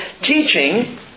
teaching